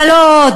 אבל לא עוד.